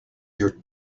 your